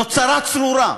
זאת צרה צרורה.